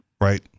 right